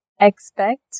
Expect